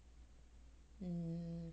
mm